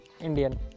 Indian